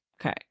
Okay